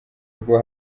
rwo